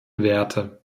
werte